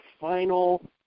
final